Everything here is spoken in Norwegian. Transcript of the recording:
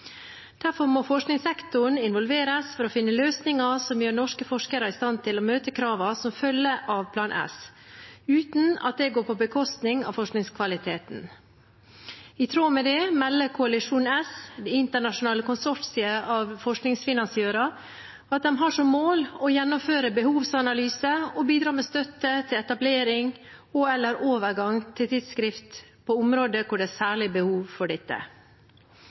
Derfor må forskningssektoren involveres for å finne løsninger som gjør norske forskere i stand til å møte kravene som følger av Plan S, uten at det går på bekostning av forskningskvaliteten. I tråd med det melder coALition S, det internasjonale konsortiet av forskningsfinansiører, at de har som mål å gjennomføre behovsanalyser og bidra med støtte til etablering av og/eller overgang til tidsskrift på områder hvor det er særlig behov for